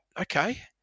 okay